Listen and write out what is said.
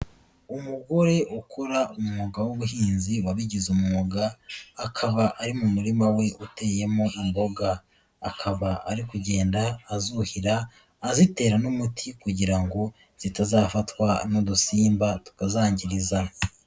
Umugore ukora umwuga w'ubuhinzi wabigize umwuga, akaba ari mu murima we uteyemo imboga, akaba ari kugenda azuhira azitera n'umuti kugira ngo zitazafatwa n'udusimba tukazangiriza.